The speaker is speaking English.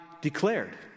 declared